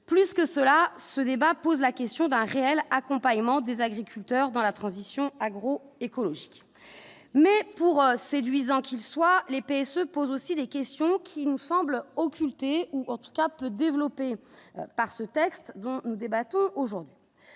plus que cela : ce débat pose la question d'un réel accompagnement des agriculteurs dans la transition agro-écologique mais pour séduisant qu'il soit l'épée se pose aussi des questions qui ne semble occulter ou en tout cas peu développée par ce texte, dont nous débattons aujourd'hui